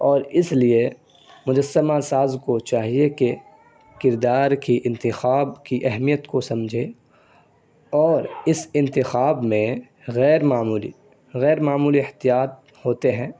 اور اس لیے مجسمہ ساز کو چاہیے کہ کردار کی انتخاب کی اہمیت کو سمجھے اور اس انتخاب میں غیر معمولی غیر معمولی احتیاط ہوتے ہیں